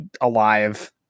alive